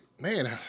man